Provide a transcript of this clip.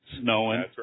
snowing